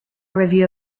review